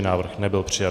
Návrh nebyl přijat.